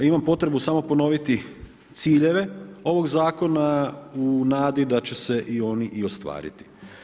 Imam potrebu samo ponoviti ciljeve ovog zakona u nadi da će se oni i ostvariti.